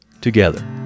together